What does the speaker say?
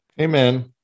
amen